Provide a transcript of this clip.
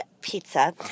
pizza